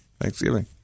Thanksgiving